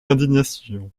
indignation